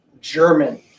German